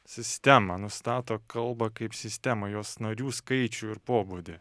sistemą nustato kalbą kaip sistemą jos narių skaičių ir pobūdį